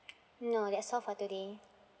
no that's all for today